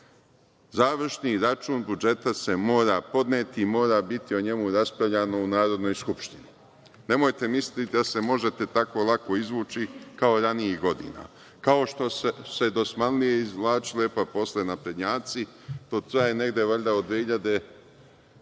rok. Završni račun budžeta se mora podneti i mora biti o njemu raspravljano u Narodnoj skupštini. Nemojte misliti da se možete tako lako izvući kao ranijih godina, kao što su se dosmanlije izvlačile, pa posle naprednjaci. To traje negde valjda od 2003–2004.